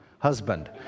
Husband